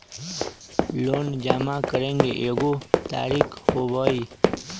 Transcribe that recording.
Loan जमा करेंगे एगो तारीक होबहई?